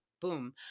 Boom